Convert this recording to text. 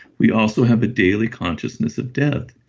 we also have a daily consciousness of death.